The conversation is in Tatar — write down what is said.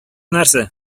нәрсә